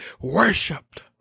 worshipped